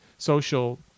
social